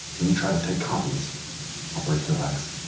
when you try to take copies i'll break your legs